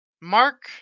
Mark